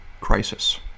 crisis